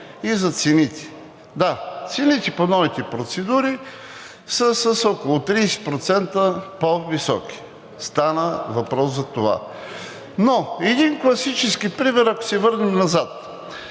и за цените. Да, цените по новите процедури са с около 30% по-високи, стана въпрос за това, но един класически пример, ако се върнем назад.